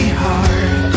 hard